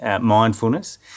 mindfulness